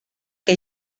que